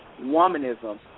Womanism